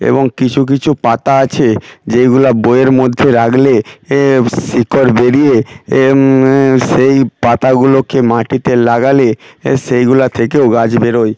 এবং কিছু কিছু পাতা আছে যেগুলা বইয়ের মধ্যে রাকলে এ শিকড় বেরিয়ে এ সেই পাতাগুলোকে মাটিতে লাগালে এ সেইগুলা থেকেও গাছ বেরোয়